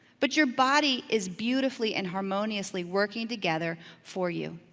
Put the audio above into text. but your body is beautifully and harmoniously working together for you,